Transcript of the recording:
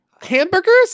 Hamburgers